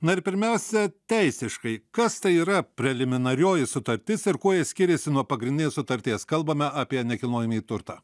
na ir pirmiausia teisiškai kas tai yra preliminarioji sutartis ir kuo ji skiriasi nuo pagrindinės sutarties kalbame apie nekilnojamąjį turtą